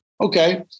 Okay